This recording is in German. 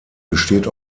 besteht